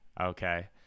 Okay